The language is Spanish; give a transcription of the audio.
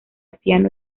piano